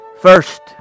First